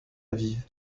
aviv